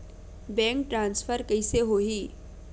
Bank transfer कइसे होही?